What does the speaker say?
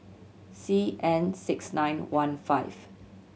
C N six nine one five